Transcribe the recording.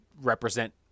represent